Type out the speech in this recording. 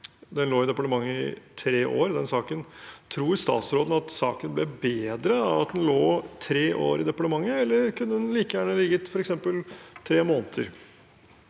Den lå i departementet i tre år. Tror statsråden at saken ble bedre av at den lå tre år i departementet, eller kunne den like gjerne ligget der